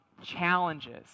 challenges